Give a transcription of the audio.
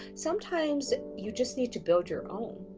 sometimes you just need to build your own.